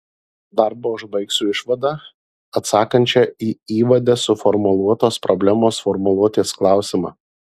darbą užbaigsiu išvada atsakančia į įvade suformuluotos problemos formuluotės klausimą